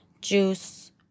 juice